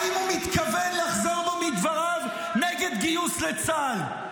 האם הוא מתכוון לחזור בו מדבריו נגד גיוס לצה"ל?